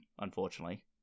unfortunately